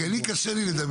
כי אני קשה לי לדמיין,